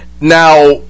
now